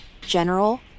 General